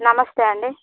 నమస్తే అండి